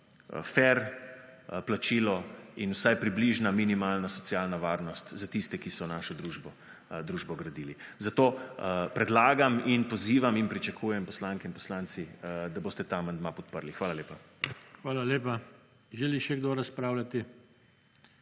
fer plačilo in vsaj približna minimalna socialna varnost za tiste, ki so našo družbo gradili. Zato predlagam in pozivam in pričakujem, poslanke in poslanci, da boste ta amandma podprli. Hvala lepa. PODPREDSEDNIK JOŽE TANKO: Hvala lepa. Želi še kdo razpravljati?